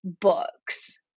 books